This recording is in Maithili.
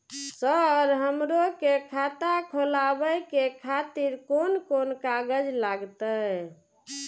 सर हमरो के खाता खोलावे के खातिर कोन कोन कागज लागते?